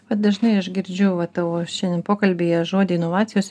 bet dažnai aš girdžiu va tavo šiandien pokalbyje žodį inovacijos